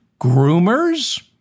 groomers